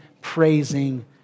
praising